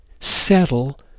settle